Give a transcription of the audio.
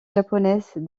japonaise